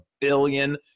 billion